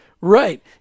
Right